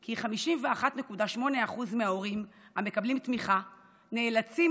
נכתב כי 51.8% מההורים המקבלים תמיכה נאלצים